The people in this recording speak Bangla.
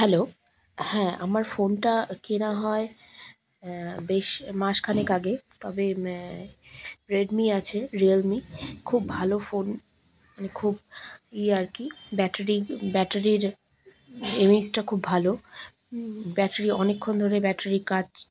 হ্যালো হ্যাঁ আমার ফোনটা কেনা হয় বেশ মাসখানেক আগে তবে রেডমি আছে রিয়েলমি খুব ভালো ফোন মানে খুব ইয়ে আর কি ব্যাটারি ব্যাটারির এমএইচটা খুব ভালো ব্যাটারি অনেকক্ষণ ধরে ব্যাটারির কাজ